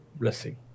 blessing